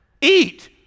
eat